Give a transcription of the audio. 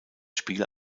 spiel